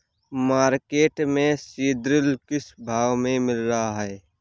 Market में सीद्रिल किस भाव में मिल रहा है?